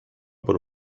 por